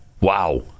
Wow